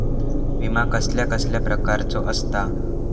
विमा कसल्या कसल्या प्रकारचो असता?